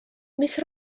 mis